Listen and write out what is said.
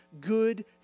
good